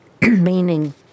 Meaning